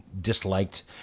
disliked